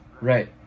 right